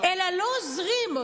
אלא לא עוזרים.